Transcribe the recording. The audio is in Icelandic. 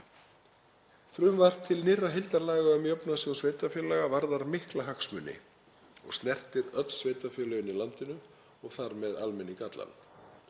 Frumvarp til nýrra heildarlaga um Jöfnunarsjóð sveitarfélaga varðar mikla hagsmuni og snertir öll sveitarfélögin í landinu og þar með almenning allan.